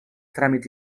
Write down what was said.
tràmits